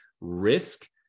risk